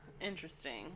Interesting